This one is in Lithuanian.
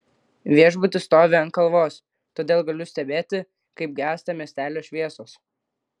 viešbutis stovi ant kalvos todėl galiu stebėti kaip gęsta miestelio šviesos